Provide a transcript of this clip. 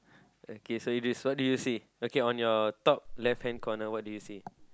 okay so this what do you say okay on your top left hand corner what do you say